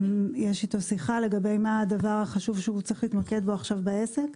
יש איתו שיחה מה הדבר החשוב שהוא צריך להתמקד בו בעסק,